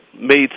made